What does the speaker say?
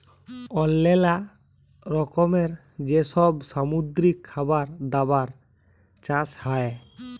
অল্লো রকমের যে সব সামুদ্রিক খাবার দাবার চাষ হ্যয়